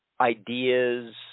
ideas